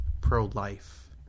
pro-life